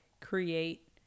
create